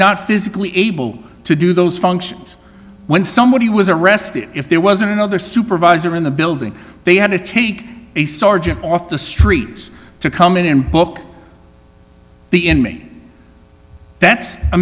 not physically able to do those functions when somebody was arrested if there wasn't another supervisor in the building they had to take a sergeant off the streets to come in and book the inmate that's a